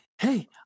Hey